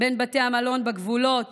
בין בתי המלון בגבולות